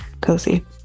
cozy